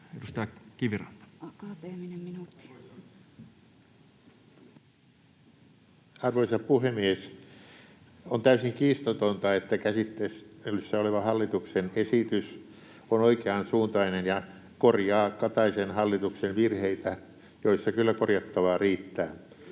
Arvoisa puhemies! On täysin kiistatonta, että käsittelyssä oleva hallituksen esitys on oikeansuuntainen ja korjaa Kataisen hallituksen virheitä, joissa kyllä korjattavaa riittää.